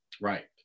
Right